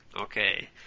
Okay